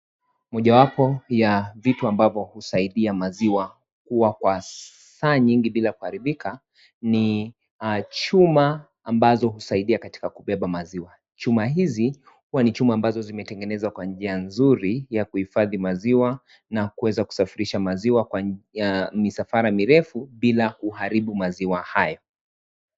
Moja wapo ya vitu ambavo husaidia maziwa kuwa kwa saa nyingi bila kuharibika, ni chuma ambazo husaidia katika kubeba maziwa, chuma hizi huwa ni chuma ambazo zimetengenezwa kwa njia nzuri ya kuhifadhi maziwa na kuweza kusafirisha maziwa kwa misafara mirefu, bila kuharibu maziwa hayo.